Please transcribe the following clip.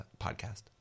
podcast